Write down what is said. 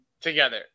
together